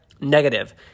Negative